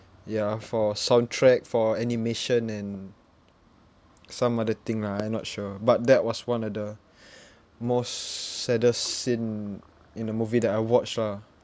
ya for soundtrack for animation and some other thing lah I'm not sure but that was one of the most saddest scene in a movie that I watched lah